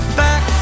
back